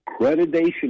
accreditation